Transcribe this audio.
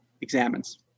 examines